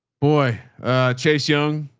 boy chase young.